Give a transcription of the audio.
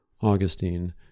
Augustine